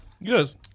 Yes